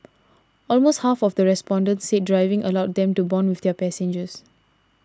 almost half of the respondents said driving allowed them to bond with their passengers